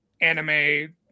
anime